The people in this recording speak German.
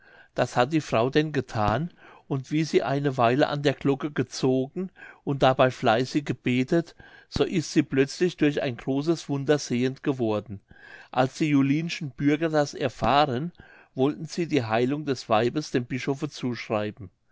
das hat die frau denn gethan und wie sie eine weile an der glocke gezogen und dabei fleißig gebetet so ist sie plötzlich durch ein großes wunder sehend geworden als die julinschen bürger das erfahren wollten sie die heilung des weibes dem bischofe zuschreiben